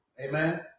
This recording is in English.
Amen